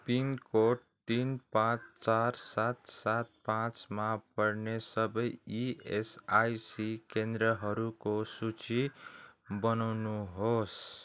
pin code तिन पाँच चार सात सात पाँचमा पर्ने सबै इएसआइसी केन्द्रहरूको सूची बनाउनुहोस्